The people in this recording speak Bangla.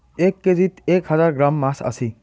এক কেজিত এক হাজার গ্রাম আছি